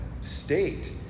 state